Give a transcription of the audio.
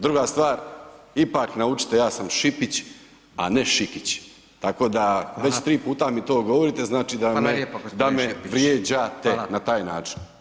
Druga stvar, ipak naučite, ja sam Šipić a ne Šikić, tako da već tri puta mi to govorite, znači da me vrijeđate na taj način.